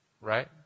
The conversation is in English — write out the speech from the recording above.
right